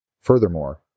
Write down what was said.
Furthermore